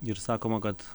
ir sakoma kad